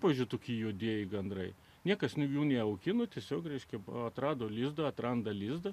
pavyzdžiui tokie juodieji gandrai niekas jų neaugino tiesiog reiškia atrado lizdo atranda lizdą